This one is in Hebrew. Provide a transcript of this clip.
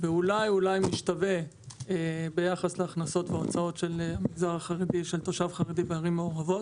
ואולי אולי משתווה ביחס להכנסות והוצאות של תושב חרדי בערים מעורבות.